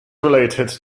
related